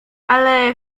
ale